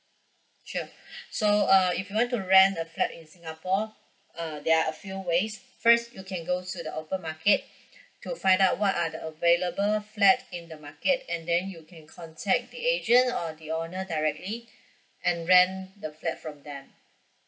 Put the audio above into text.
sure so uh if you want to rent a flat in singapore uh there are a few ways first you can go to the open market to find out what are the available flat in the market and then you can contact the agent or the owner directly and rent the flat from them